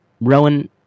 Rowan